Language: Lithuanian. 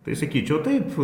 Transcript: tai sakyčiau taip